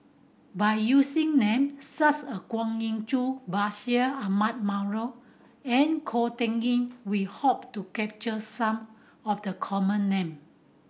by using name such a Kwa Geok Choo Bashir Ahmad Mallal and Ko Teck Kin we hope to capture some of the common name